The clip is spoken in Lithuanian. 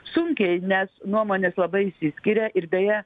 sunkiai nes nuomonės labai išsiskiria ir beje